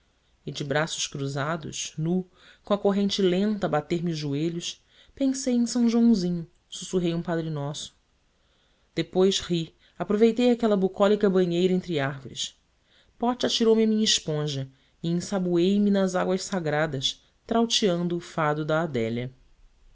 e de braços cruzados nu com a corrente lenta a bater-me os joelhos pensei em são joãozinho sussurrei um padre nosso depois ri aproveitei aquela bucólica banheira entre árvores pote atirou me a minha esponja e ensaboei me nas águas sagradas trauteando o fado da adélia